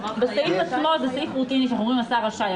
הסעיף עצמו זה סעיף רוטיני שאנחנו אומרים השר רשאי.